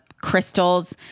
Crystals